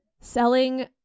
selling